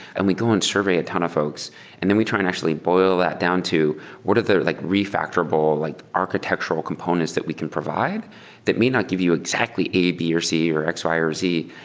and we go adn and survey a ton of folks and then we try and actually boil that down to what are the like re-factorable, like architectural components that we can provide that may not give you exactly a, b or c, or x, y or z,